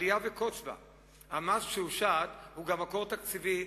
אליה וקוץ בה: המס שהושת הוא גם מקור תקציבי,